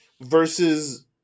Versus